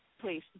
Please